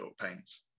paints